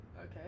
Okay